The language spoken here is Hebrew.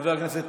חבר הכנסת